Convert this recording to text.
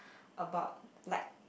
about like